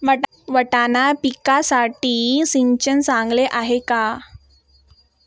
वाटाणा पिकासाठी सिंचन चांगले आहे का?